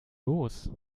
los